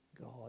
God